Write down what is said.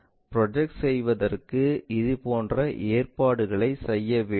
project செய்ததற்கு இதுபோன்ற ஏற்பாடுகளைச் செய்ய வேண்டும்